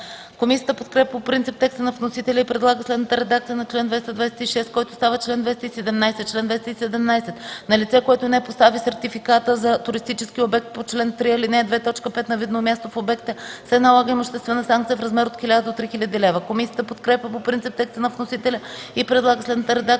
Комисията подкрепя по принцип текста на вносителя и предлага следната редакция на чл. 226, който става чл. 217: „Чл. 217. На лице, което не постави сертификата за туристическия обект по чл. 3, ал. 2, т. 5 на видно място в обекта, се налага имуществена санкция в размер от 1000 до 3000 лв.” Комисията подкрепя по принцип текста на вносителя и предлага следната редакция